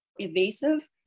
evasive